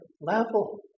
level